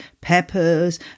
peppers